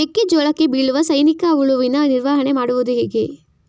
ಮೆಕ್ಕೆ ಜೋಳಕ್ಕೆ ಬೀಳುವ ಸೈನಿಕ ಹುಳುವಿನ ನಿರ್ವಹಣೆ ಮಾಡುವುದು ಹೇಗೆ?